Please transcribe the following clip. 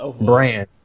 brand